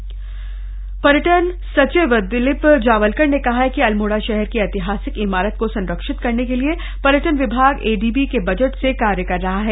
मल्ला महल पर्यटन सचिव दिलीप जावलकर ने कहा है कि अल्मोड़ा शहर की ऐतिहासिक इमारत को संरक्षित करने के लिए पर्यटन विभाग एडीबी के बजट से कार्य कर रहा है